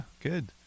Good